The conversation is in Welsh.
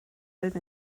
oedd